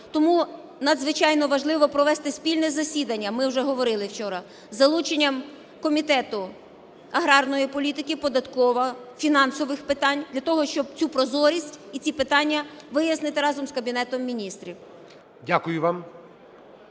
Тому надзвичайно важливо провести спільне засідання, ми вже говорили вчора, з залученням Комітету аграрної політики, податкова, фінансових питань для того, щоб цю прозорість і ці питання вияснити разом з Кабінетом Міністрів. ГОЛОВУЮЧИЙ.